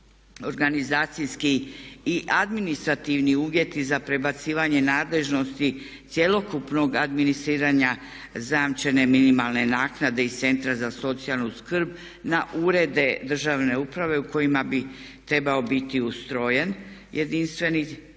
organizacijski i administrativni uvjeti za prebacivanje nadležnosti cjelokupnog administriranja zajamčene minimalne naknade iz centra za socijalnu skrb na urede državne uprave u kojima bi trebao biti ustrojen jedinstveni